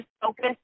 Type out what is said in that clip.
focus